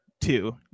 two